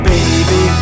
Baby